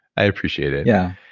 i appreciate it. yeah.